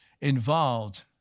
involved